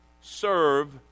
serve